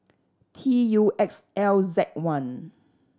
T U X L Z one